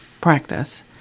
practice